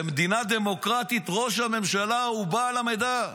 במדינה דמוקרטית ראש הממשלה הוא בעל המידע.